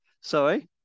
Sorry